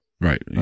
Right